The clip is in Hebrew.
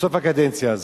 בסוף הקדנציה הזאת.